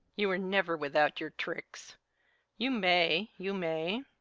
you are never without your tricks you may, you may.